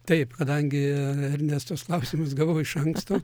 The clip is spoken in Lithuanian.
taip kadangi ernestos klausimus gavau iš anksto